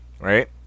right